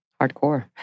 hardcore